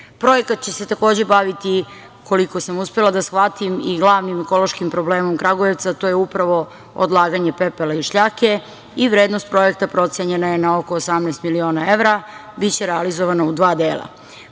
vode. Projekat će se takođe baviti, koliko sam uspela da shvatim i glavnim ekološkim problemom Kragujevca, to je upravo odlaganje pepela i šljake. Vrednost projekta procenjena je na oko 18 miliona evra, biće realizovano u dva dela.